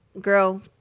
girl